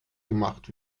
gemacht